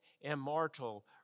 immortal